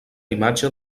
imatge